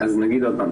אגיד עוד פעם.